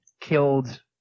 killed